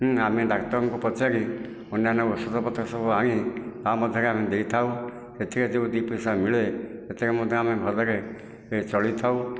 ଆମେ ଡାକ୍ତରଙ୍କୁ ପଚାରି ଅନ୍ୟାନ ଔଷଧ ପତ୍ର ସବୁ ଆଣି ତା ମଧ୍ୟରେ ଆମେ ଦେଇଥାଉ ଏଥିରେ ଯେଉଁ ଦୁଇ ପଇସା ମିଳେ ସେଥିରେ ମଧ୍ୟ ଆମେ ଭଲରେ ଚଳିଥାଉ